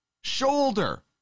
shoulder